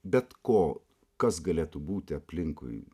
bet ko kas galėtų būti aplinkui